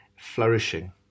flourishing